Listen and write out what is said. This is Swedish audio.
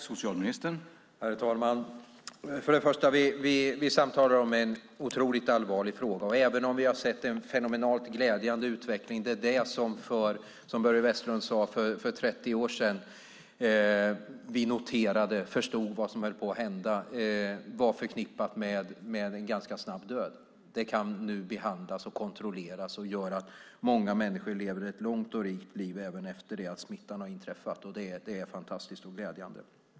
Herr talman! Först och främst samtalar vi om en otroligt allvarlig fråga, även om vi har sett en fenomenalt glädjande utveckling av det som för, som Börje Vestlund sade, 30 år sedan, när vi noterade och förstod vad som höll på att hända, var förknippat med en ganska snabb död. Det kan nu behandlas och kontrolleras, vilket gör att många människor lever ett långt och rikt liv även efter det att smittan har inträffat. Det är fantastiskt och glädjande.